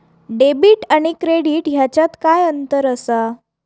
Debit आणि credit ह्याच्यात काय अंतर असा?